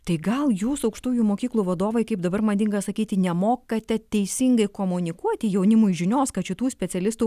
tai gal jūs aukštųjų mokyklų vadovai kaip dabar madinga sakyti nemokate teisingai komunikuoti jaunimui žinios kad šitų specialistų